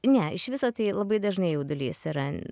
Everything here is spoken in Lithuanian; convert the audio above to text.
ne iš viso tai labai dažnai jaudulys yra